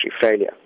failure